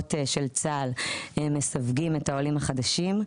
בהגדרות של צה"ל מסווגים את העולים החדשים.